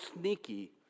sneaky